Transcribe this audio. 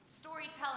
Storytelling